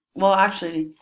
well actually